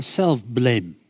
self-blame